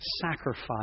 sacrifice